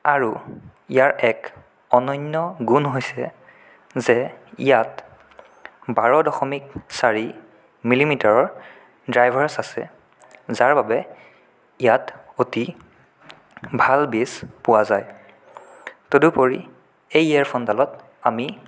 আৰু ইয়াৰ এক অনন্য গুণ হৈছে যে ইয়াত বাৰ দশমিক চাৰি মিলিমিটাৰৰ ড্ৰাইভাৰ্ছ আছে যাৰ বাবে ইয়াত অতি ভাল বেছ পোৱা যায় তদুপৰি এই ইয়েৰফোনডালত আমি